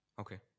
Okay